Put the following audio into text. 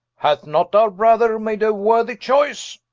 hath not our brother made a worthy choice?